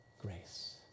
grace